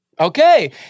Okay